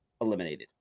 eliminated